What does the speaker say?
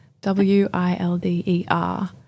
w-i-l-d-e-r